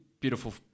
beautiful